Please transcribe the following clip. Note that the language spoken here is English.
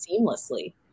seamlessly